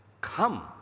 Come